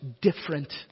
different